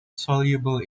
soluble